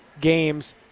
games